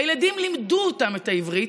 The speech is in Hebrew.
והילדים לימדו אותם את העברית.